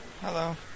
Hello